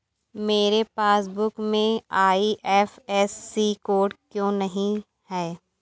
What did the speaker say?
मेरे पासबुक में IFSC code क्यो नहीं है?